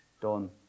done